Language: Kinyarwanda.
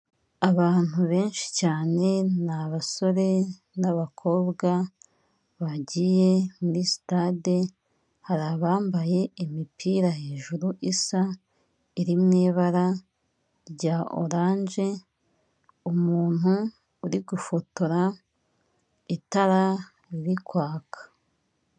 Abantu benshi cyane, ni abasore n'abakobwa bagiye muri sitade, hari abambaye imipira hejuru isa, iri mu ibara rya oranje, umuntu uri gufotora, itara riri kwaka.